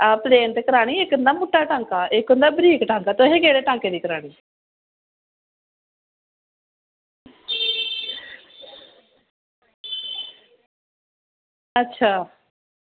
हां प्लेन ते करानीं करनीं मुट्टा टांका करनां बरीक टांका तुसें केह्ढ़े चांके दी करानीं अच्छा